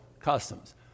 customs